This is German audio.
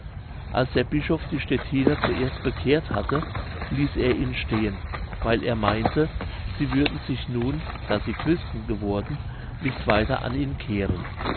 als der bischof die stettiner zuerst bekehrt hatte ließ er ihn stehen weil er meinte sie würden sich nun da sie christen geworden nicht weiter an ihn kehren